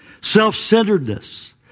Self-centeredness